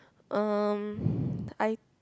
um I